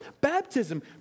Baptism